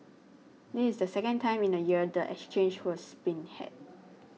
this is the second time in a year the exchange was been hacked